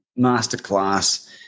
masterclass